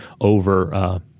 over